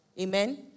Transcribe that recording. Amen